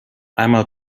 einmal